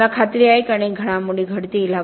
मला खात्री आहे की अनेक घडामोडी घडतील